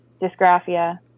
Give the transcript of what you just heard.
dysgraphia